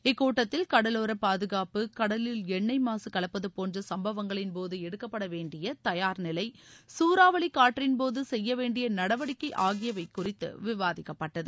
இக்கூட்டத்தில கடலோர பாதுகாப்பு கடலில எண்ணெய் மாசு கலப்பது போன்ற சும்பவங்களின்போது எடுக்கப்படவேண்டிய தயாா் நிலை சூறாவளி காற்றின்போது செய்யவேண்டிய நடவடிக்கை ஆகியவை குறித்து விவாதிக்கப்பட்டது